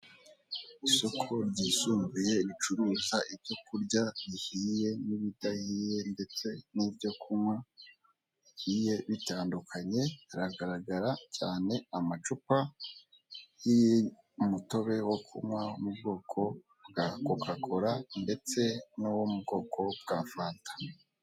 Isoko ryisumbuye ricuruza ibyo kurya bihiye n'ibidahiye ndetse n'ibyo kunywa bigiye bitandukanye, haragaragara cyane amacupa y'umutobe wo kunywa wo mu bwoko bwa koka kora ndetse n'uwo mu bwoko bwa fanta.